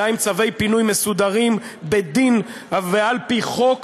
אלא עם צווי פינוי מסודרים בדין ועל-פי חוק.